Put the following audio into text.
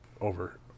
over